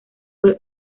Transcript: fue